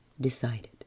decided